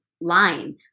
line